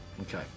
Okay